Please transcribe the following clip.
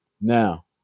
Now